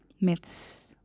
myths